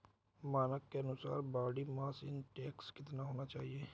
मानक के अनुसार बॉडी मास इंडेक्स कितना होना चाहिए?